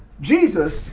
Jesus